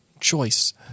choice